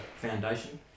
foundation